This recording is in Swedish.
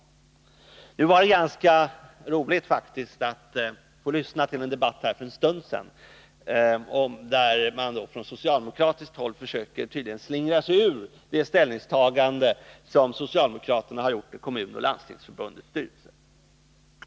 Det var ganska intressant att för en stund sedan få lyssna till en debatt där man från socialdemokratiskt håll tydligen försökte slingra sig ur det ställningstagande som socialdemokraterna har gjort i Kommunförbundets och Landstingsförbundets styrelser.